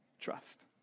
trust